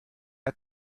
had